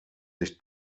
nicht